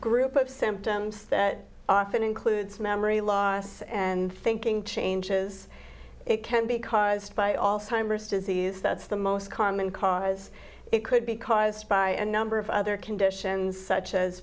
group of symptoms that often includes memory loss and thinking changes it can be caused by all simers disease that's the most common cause it could be caused by a number of other conditions such as